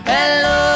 Hello